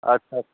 ଆଚ୍ଛା ଆଚ୍ଛା